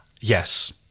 Yes